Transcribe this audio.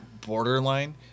borderline